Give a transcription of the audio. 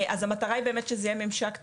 אז המטרה היא באמת שזה יהיה ממשק טכנולוגי.